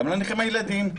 גם לנכים הילדים,